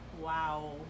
Wow